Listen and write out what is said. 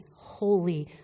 holy